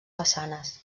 façanes